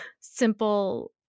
simple